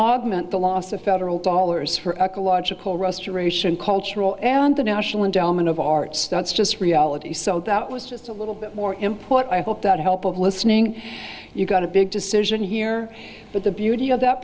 augment the loss of federal dollars for ecological restoration cultural and the national endowment of arts that's just reality so that was just a little bit more import i hope that help of listening you've got a big decision here but the beauty of that